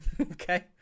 Okay